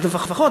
אז לפחות,